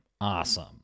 awesome